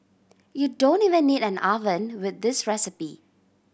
you don't even need an oven with this recipe